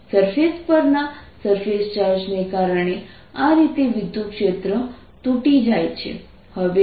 surface પરના surface ચાર્જને કારણે આ રીતે વિદ્યુતક્ષેત્ર તૂટી જાય છે